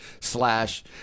slash